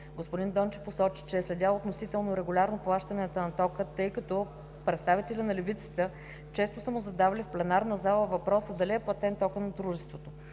господин Дончев посочи, че е следял относително регулярно плащанията на тока от Дружеството, тъй като представители на левицата често са му задавали в пленарна зала въпроса дали е платен токът на Дружеството.